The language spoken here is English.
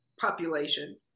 population